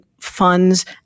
funds